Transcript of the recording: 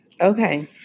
Okay